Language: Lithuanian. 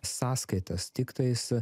sąskaitas tiktais a